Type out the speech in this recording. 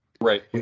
Right